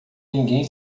ninguém